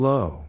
Low